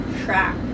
track